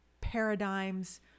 paradigms